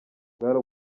bwari